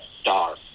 Star